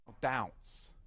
doubts